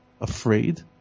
afraid